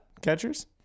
catchers